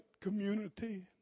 community